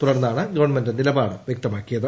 തുടർന്നാണ് ഗവൺമെന്റ് നിലപാട് വ്യക്തമാക്കിയത്